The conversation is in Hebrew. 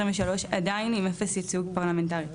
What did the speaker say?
עדיין עם אפס ייצוג פרלמנטרי,